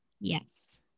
Yes